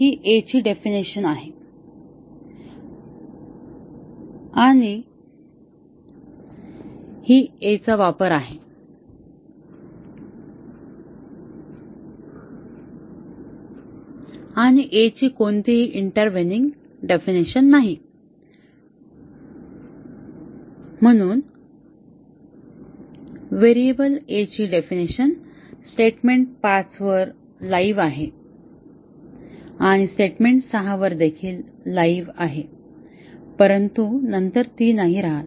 तर ही a ची डेफिनिशन आहे आणि ही a चा वापर आहे आणि a ची कोणतीही इंटरव्हेनिंग डेफिनिशन नाही आणि म्हणून व्हेरिएबल a ची डेफिनिशन स्टेटमेंट 5 वर लाइव्ह आहे आणि स्टेटमेंट 6 वर देखील लाइव्ह आहे परंतु नंतर ती नाही राहतात